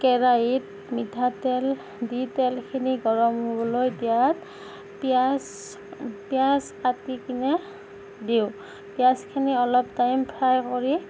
কেৰাহীত মিঠাতেল দি তেলখিনি গৰম হ'বলৈ দিয়াত পিয়াজ পিয়াজ কাটি কিনে দিওঁ পিয়াজখিনি অলপ টাইম ফ্ৰাই কৰি